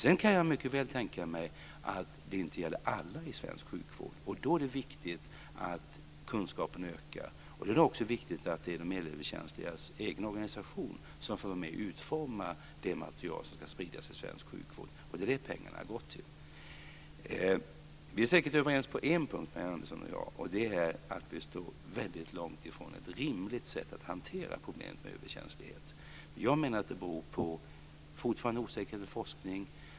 Sedan kan jag mycket väl tänka mig att det inte gäller alla i svensk sjukvård. Då är det viktigt att kunskapen ökar. Det är också viktigt att det är de elöverkänsligas egen organisation som får vara med och utforma det material som ska spridas i svensk sjukvård. Det är vad pengarna har gått till. Vi är säkert överens på en punkt, Marianne Andersson och jag. Det är att vi står väldigt långt från ett rimligt sätt att hantera problemet med överkänslighet. Jag menar att det beror på det fortfarande är osäkerhet om forskning.